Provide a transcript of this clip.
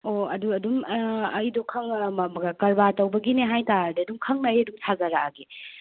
ꯑꯣ ꯑꯗꯨ ꯑꯗꯨꯝ ꯑꯩꯗꯣ ꯈꯪꯉ ꯀꯔꯕꯥꯔ ꯇꯧꯅꯒꯤꯅꯦ ꯍꯥꯏ ꯇꯥꯔꯗꯤ ꯑꯗꯨꯝ ꯈꯪꯅ ꯑꯩ ꯑꯗꯨꯝ ꯁꯥꯖꯔꯛꯑꯒꯦ